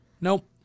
nope